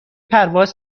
پرواز